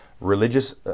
Religious